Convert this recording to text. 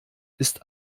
ist